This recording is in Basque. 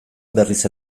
berriz